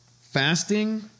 Fasting